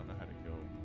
had ago